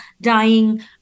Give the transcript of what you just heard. dying